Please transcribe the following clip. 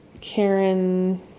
Karen